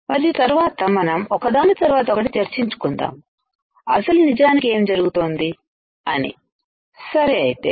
మరియు తర్వాత మనం ఒకదాని తరువాత ఒకటి చర్చించుకుందాం అసలు నిజానికి ఏం జరుగుతోంది అని సరే అయితే